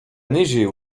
neiger